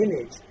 image